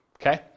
Okay